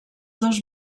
dos